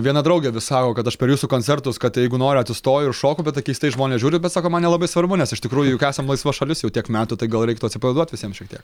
viena draugė vis sako kad aš per jūsų koncertus kad jeigu noriu atsistoju ir šoku bet tai keistai žmonės žiūri bet sako man nelabai svarbu nes iš tikrųjų juk esam laisva šalis jau tiek metų tai gal reiktų atsipalaiduot visiem šiek tiek